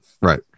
Right